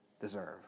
deserve